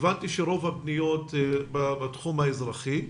הבנתי שרוב הפניות בתחום האזרחי.